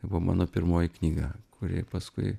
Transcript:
tai buvo mano pirmoji knyga kuri paskui